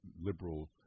liberal